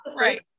Right